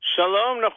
Shalom